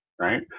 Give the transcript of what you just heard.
right